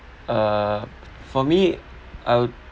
uh for me I'll